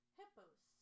Hippos